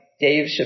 Dave